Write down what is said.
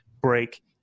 break